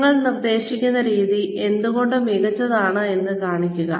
നിങ്ങൾ നിർദ്ദേശിക്കുന്ന രീതി എന്തുകൊണ്ട് മികച്ചതാണെന്ന് കാണിക്കുക